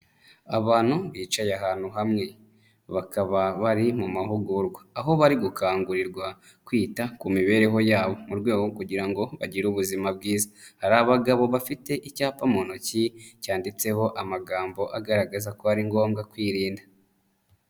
Abantu bicaye ahantu hamwe. Bakaba bari mu mahugurwa, aho bari gukangurirwa kwita ku mibereho yabo mu rwego rwo kugira ngo bagire ubuzima bwiza. Hari abagabo bafite icyapa mu ntoki cyanditseho amagambo agaragaza ko ari ngombwa kwirinda.